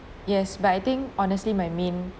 yes but I think honestly my main